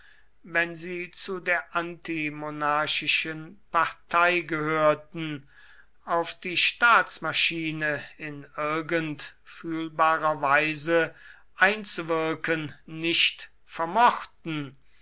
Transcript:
wenn sie zu der antimonarchischen partei gehörten auf die staatsmaschine in irgend fühlbarer weise einzuwirken nicht vermochten